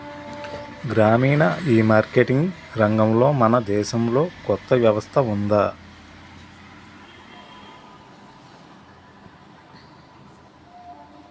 గ్రామీణ ఈమార్కెటింగ్ రంగంలో మన దేశంలో కొత్త వ్యవస్థ ఉందా?